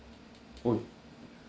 oh